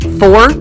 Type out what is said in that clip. four